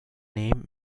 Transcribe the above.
name